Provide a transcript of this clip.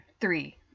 Three